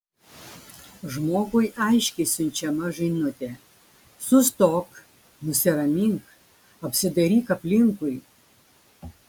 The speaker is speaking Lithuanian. žmogui aiškiai siunčiama žinutė sustok nusiramink apsidairyk aplinkui